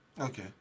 Okay